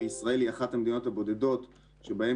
וישראל היא אחת המדינות הבודדות שבהן